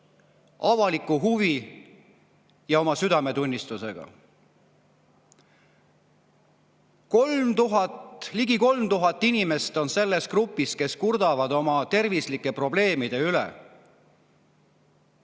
avaliku huvi ja oma südametunnistusega. Ligi 3000 inimest on selles grupis. Nad kurdavad oma terviseprobleemide üle.